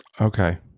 Okay